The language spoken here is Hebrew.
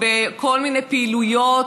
ובכל מיני פעילויות,